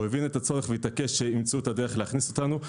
הבין את הצורך והתעקש שימצאו את הדרך להכניס אותנו.